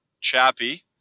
chappy